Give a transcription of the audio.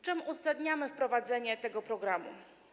Czym uzasadniamy wprowadzenie tego programu?